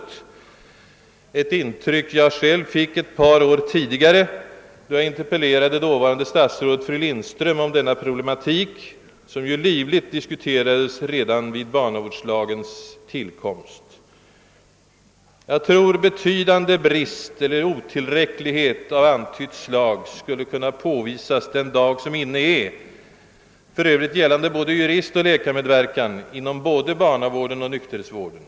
Det är ett intryck som jag själv fick ett par år tidigare, då jag interpellerade dåvarande statsrådet fru Lindström om denna problematik, som ju livligt diskuterades redan vid barnavårdslagens tillkomst. Jag tror att betydande brist och otillräcklighet av antytt slag skulle kunna påvisas den dag som i dag är, något som nog för övrigt gäller både juristoch läkarmedverkan inom både barnavården och nykterhetsvården.